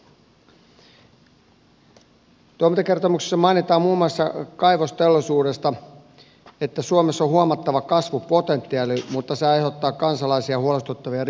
toimintakertomuksessa mainitaan muun muassa kaivosteollisuudesta että suomessa on huomattava kasvupotentiaali mutta se aiheuttaa kansalaisia huolestuttavia riskejä ympäristölle